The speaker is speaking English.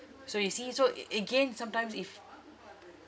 so you see so a~ again sometimes if